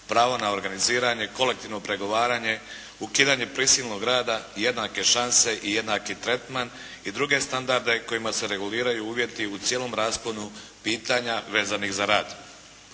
pravo na organiziranje, kolektivno pregovaranje, ukidanje prisilnog rada, jednake šanse i jednaki tretman i druge standarde kojima se reguliraju uvjeti u cijelom rasponu pitanja vezanim za rad.